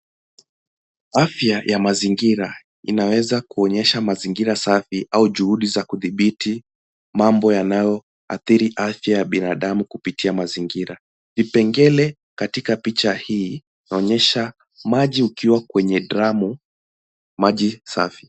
Afya ya mazingira inaweza kuonyesha mazingira safi au juhudi za kudhibiti mambo yanayoathiri afya ya binadamu kupitia mazingira. Vipengele katika picha hii inaonyesha maji ukiwa kwenye drum , maji safi.